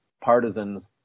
partisans